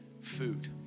food